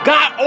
God